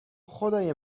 خدای